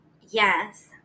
Yes